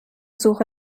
suche